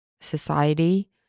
society